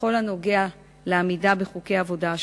בכל הנוגע לעמידה בחוקי העבודה.